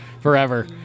forever